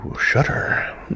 Shudder